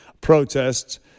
protests